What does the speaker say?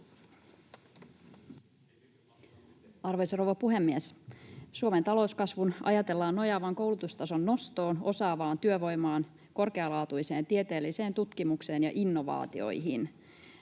Arvoisa rouva puhemies! Suomen talouskasvun ajatellaan nojaavan koulutustason nostoon, osaavaan työvoimaan, korkealaatuiseen tieteelliseen tutkimukseen ja innovaatioihin.